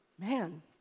man